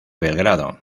belgrado